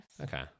Okay